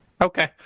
Okay